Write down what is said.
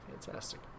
Fantastic